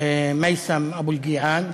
מייסם אבו אלקיעאן.